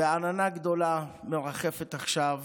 ועננה גדולה מרחפת עכשיו